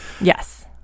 yes